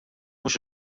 mhux